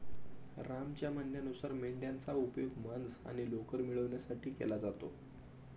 रामच्या म्हणण्यानुसार मेंढयांचा उपयोग मांस आणि लोकर मिळवण्यासाठी केला जातो